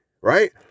right